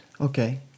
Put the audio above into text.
Okay